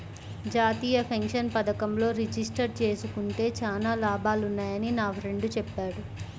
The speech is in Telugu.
జాతీయ పెన్షన్ పథకంలో రిజిస్టర్ జేసుకుంటే చానా లాభాలున్నయ్యని మా ఫ్రెండు చెప్పాడు